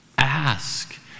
Ask